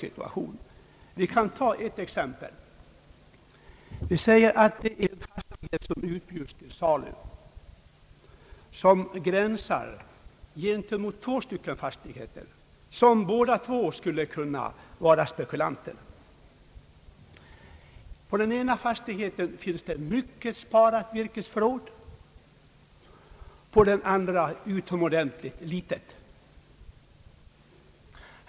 Låt mig ta ett exempel! Vi kan tänka oss att en fastighet utbjudes till salu som gränsar till två andra fastigheter, vilkas ägare båda skulle kunna vara spekulanter. Den ena grannfastigheten har kanske ett stort sparat virkesförråd, den andra ett ytterst litet sådant.